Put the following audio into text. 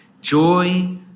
Joy